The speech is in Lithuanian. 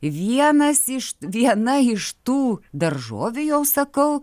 vienas iš viena iš tų daržovių jau sakau